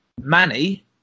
...Manny